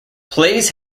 plays